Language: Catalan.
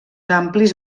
amplis